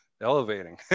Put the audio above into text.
elevating